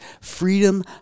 Freedom